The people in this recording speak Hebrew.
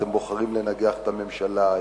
אתם בוחרים לנגח את הממשלה,